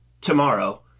tomorrow